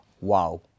wow